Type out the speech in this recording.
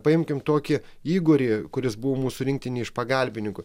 paimkim tokį igorį kuris buvo mūsų rinktinėj iš pagalbininkų